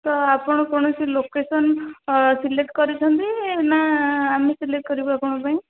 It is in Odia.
ତ ଆପଣ କୌଣସି ଲୋକେସନ୍ ସିଲେକ୍ଟ୍ କରିଛନ୍ତି ନାଁ ଆମେ ସିଲେକ୍ଟ୍ କରିବୁ ଆପଣଙ୍କ ପାଇଁ